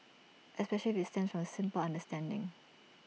especially if IT stems from A simple understanding